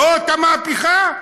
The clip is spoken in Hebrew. זאת המהפכה?